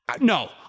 No